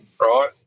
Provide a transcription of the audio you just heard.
Right